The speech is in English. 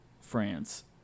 France